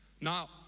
Now